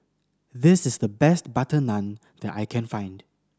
this is the best butter naan that I can find